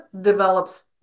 develops